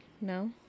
No